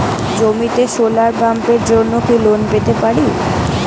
জমিতে সোলার পাম্পের জন্য কি লোন পেতে পারি?